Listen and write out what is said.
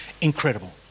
incredible